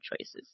choices